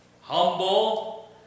humble